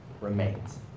remains